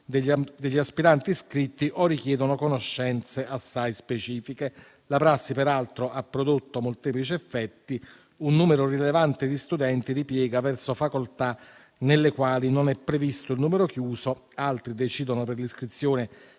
degli aspiranti iscritti o richiedono conoscenze assai specifiche. La prassi, peraltro, ha prodotto molteplici effetti: un numero rilevante di studenti ripiega verso facoltà nelle quali non è previsto il numero chiuso; altri decidono per l'iscrizione